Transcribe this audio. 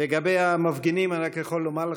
לגבי המפגינים אני רק יכול לומר לך,